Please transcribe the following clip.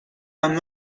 عمم